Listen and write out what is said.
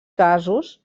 casos